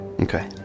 Okay